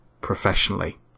professionally